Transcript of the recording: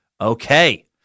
Okay